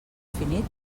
finit